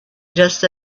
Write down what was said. just